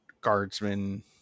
guardsmen